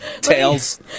Tails